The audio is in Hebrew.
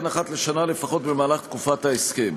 וכן אחת לשנה לפחות במהלך תקופת ההסכם,